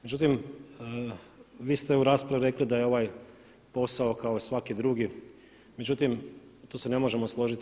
Međutim, vi ste u raspravi rekli da je ovaj posao kao i svaki drugi, međutim tu se ne možemo složiti.